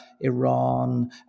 Iran